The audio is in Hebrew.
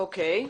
אוקיי.